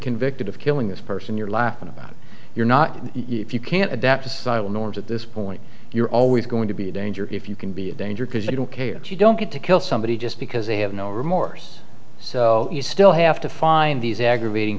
convicted of killing this person you're laughing about you're not if you can't adapt to sidle norms at this point you're always going to be a danger if you can be a danger because you don't care you don't get to kill somebody just because they have no remorse so you still have to find these aggravating